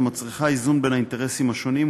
המצריכה איזון בין האינטרסים השונים,